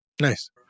nice